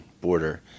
border